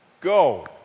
Go